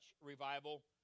revival